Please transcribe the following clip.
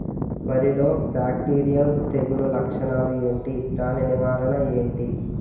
వరి లో బ్యాక్టీరియల్ తెగులు లక్షణాలు ఏంటి? దాని నివారణ ఏంటి?